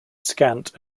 scant